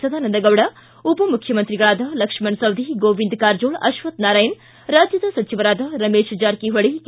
ಸದಾನಂದ ಗೌಡ ಉಪಮುಖ್ಯಮಂತ್ರಿಗಳಾದ ಲಕ್ಷ್ಮಣ ಸವದಿ ಗೋವಿಂದ್ ಕಾರಜೋಳ ಅಶ್ವಕ್ಥನಾರಾಯಣ ರಾಜ್ಯದ ಸಚಿವರಾದ ರಮೇಶ್ ಜಾರಕಿಹೊಳಿ ಕೆ